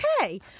okay